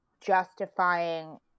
justifying